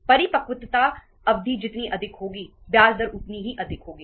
परिपक्वता अवधि जितनी अधिक होगी ब्याज दर उतनी ही अधिक होगी